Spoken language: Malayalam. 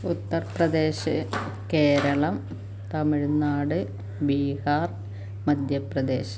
ഉത്തര്പ്രദേശ് കേരളം തമിഴ്നാട് ബിഹാര് മധ്യപ്രദേശ്